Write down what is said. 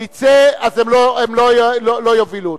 תצא, אז הם לא יובילו אותך.